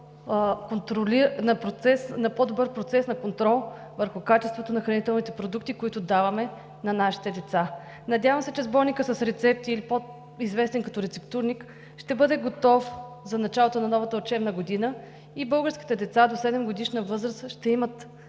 по-добър процес на контрол върху качеството на хранителните продукти, които даваме на нашите деца. Надявам се, че Сборникът с рецепти или по известен като Рецептурник, ще бъде готов за началото на новата учебна година и българските деца до седемгодишна възраст ще имат